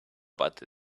but